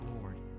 Lord